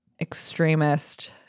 extremist